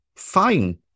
Fine